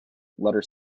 letter